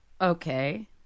Okay